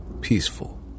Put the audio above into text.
peaceful